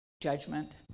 judgment